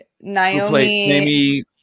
Naomi